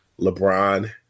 LeBron